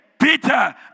Peter